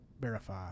verify